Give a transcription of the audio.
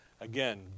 Again